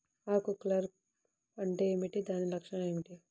ఆకు కర్ల్ అంటే ఏమిటి? దాని లక్షణాలు ఏమిటి?